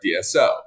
DSO